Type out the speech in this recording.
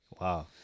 Wow